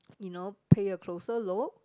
you know pay a closer look